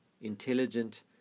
intelligent